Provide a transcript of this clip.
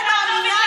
למה מי את בכלל?